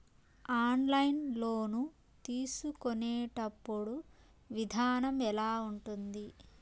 online loan తీసుకునేటప్పుడు విధానం ఎలా ఉంటుంది